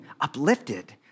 uplifted